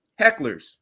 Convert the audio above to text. hecklers